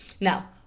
Now